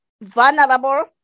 vulnerable